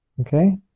Okay